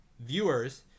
Viewers